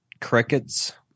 crickets